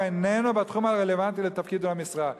איננו בתחום הרלוונטי לתפקיד או למשרה".